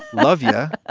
love. yeah.